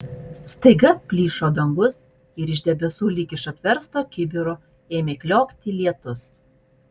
staiga plyšo dangus ir iš debesų lyg iš apversto kibiro ėmė kliokti lietus